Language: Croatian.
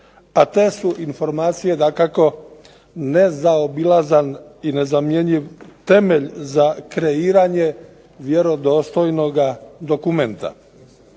a te su informacije dakako nezaobilazan i nezamjenjiv temelj za kreiranje vjerodostojnoga dokumenta.